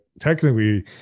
technically